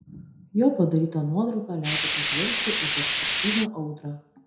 jo padaryta nuotrauka leidžia pažvelgti į destruktyvią audrą